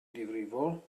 difrifol